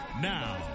Now